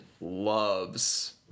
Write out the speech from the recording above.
loves